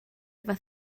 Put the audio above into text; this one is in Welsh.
efo